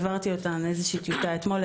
העברתי אותן איזושהי טיוטה אתמול.